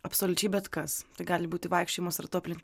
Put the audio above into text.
absoliučiai bet kas tai gali būti vaikščiojimas ratu aplink